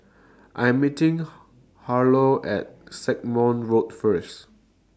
I Am meeting Harlow At Stagmont Road First